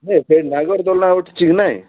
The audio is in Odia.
ହେ ସେ ଏଁ